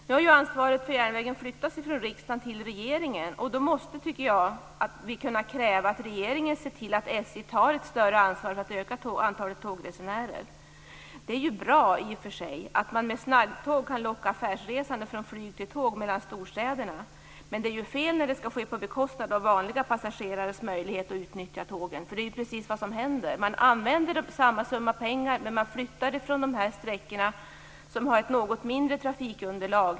Nu har ansvaret för järnvägen flyttats från riksdagen till regeringen. Då tycker jag att vi måste kunna kräva att regeringen ser till att SJ tar ett större ansvar för att öka antalet tågresenärer. Det är i och för sig bra att man med snabbtåg kan locka affärsresande från flyg till tåg mellan storstäderna. Men det är fel när det skall ske på bekostnad av vanliga passagerares möjlighet att utnyttja tågen. Det är precis vad som händer. Man använder samma summa pengar, men man flyttar dem från de sträckor som har ett något mindre trafikunderlag.